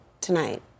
tonight